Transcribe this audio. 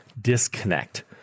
disconnect